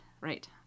Right